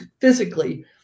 physically